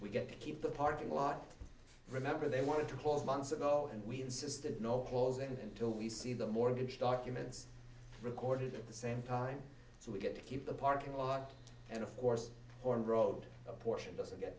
we get to keep the parking lot remember they wanted to close months ago and we insisted no calls and until we see the mortgage documents recorded at the same time so we get to keep the parking lot and of course or road a portion doesn't get